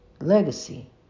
legacy